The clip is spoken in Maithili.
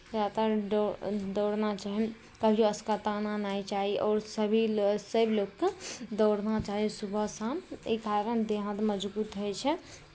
किएक तऽ दौड दौड़ना चाही कभी अस्कताना नहि चाही आओर सभी लोक सभ लोककेँ दौड़ना चाही सुबह शाम ई कारण देह हाथ मजबूत होइ छै